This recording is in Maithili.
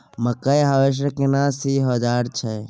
मकई हारवेस्टर केना सी औजार हय?